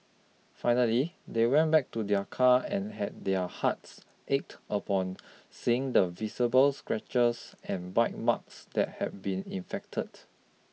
finally they went back to their car and had their hearts ached upon seeing the visible scratches and bite marks that had been infected